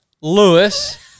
Lewis